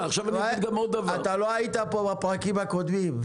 אתה לא היית פה בפרקים הקודמים.